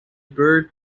bird